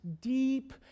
deep